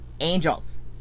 angels